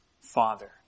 Father